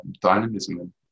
dynamism